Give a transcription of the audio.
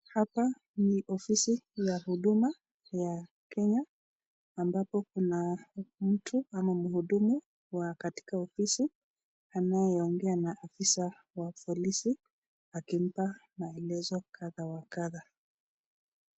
Hapa ni ofisi ya huduma ya Kenya ambapo kuna mtu ama mhudumu wa katika ofisi anayeongea na afisa wa polisi akimpa maelezo kadha wa kadha.